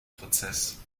prozess